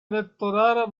elettorale